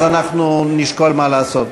אנחנו נשקול מה לעשות.